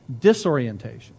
disorientation